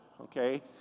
Okay